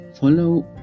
follow